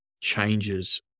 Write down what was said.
changes